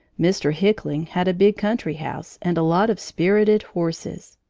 mr. hickling had a big country house and a lot of spirited horses.